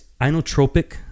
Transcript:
inotropic